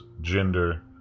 gender